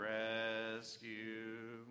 rescue